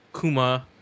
Kuma